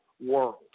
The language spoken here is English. world